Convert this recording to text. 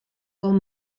com